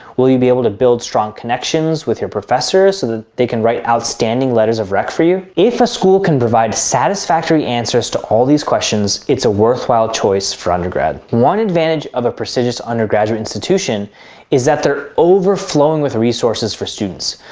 will you be able to build strong connections with your professors so that they can write outstanding letters of rec for you? if a school can provide satisfactory answers to all these questions it's a worthwhile choice for undergrad. one advantage of a prestigious undergraduate institution is that they're overflowing with resources for students.